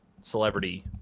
celebrity